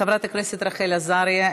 חברת הכנסת רחל עזריה,